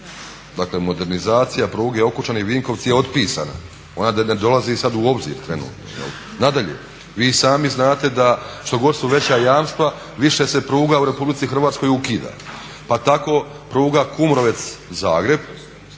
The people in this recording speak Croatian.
Dakle modernizacija pruge Okučani-Vinkovci je otpisana, ona ne dolazi sad u obzir trenutno. Nadalje, vi i sami znate da štogod su veća jamstva više se pruga u Republici Hrvatskoj ukida pa tako pruga Kumrovec-Zagreb